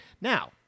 Now